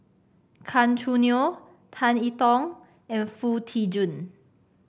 Gan Choo Neo Tan I Tong and Foo Tee Jun